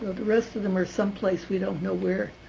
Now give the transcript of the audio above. the rest of them are someplace. we don't know where.